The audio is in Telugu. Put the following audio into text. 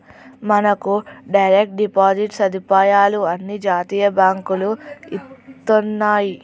మనకు డైరెక్ట్ డిపాజిట్ సదుపాయాలు అన్ని జాతీయ బాంకులు ఇత్తన్నాయి